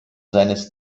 seines